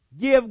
give